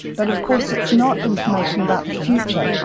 but of course it's not information about the future.